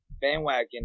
bandwagon